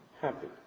happy